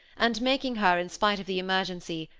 and making her, in spite of the emergency,